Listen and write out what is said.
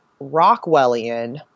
Rockwellian